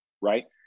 right